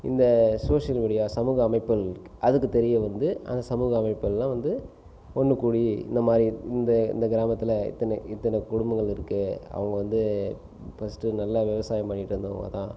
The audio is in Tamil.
இந்த சோசியல் மீடியா சமூக அமைப்புகள் அதுக்குத் தெரிய வந்து அந்த சமூக அமைப்புள்லாம் வந்து ஒன்றுகூடி இந்தமாதிரி இந்த இந்த கிராமத்தில் இத்தனை இத்தனை குடும்பங்கள் இருக்கு அவங்க வந்து ஃபஸ்ட்டு நல்லா விவசாயம் பண்ணிட்டுருந்தவங்க தான்